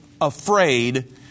afraid